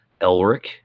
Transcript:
elric